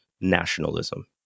nationalism